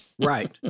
Right